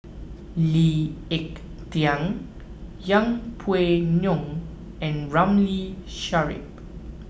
Lee Ek Tieng Yeng Pway Ngon and Ramli Sarip